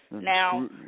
Now